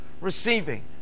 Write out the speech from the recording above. receiving